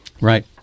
Right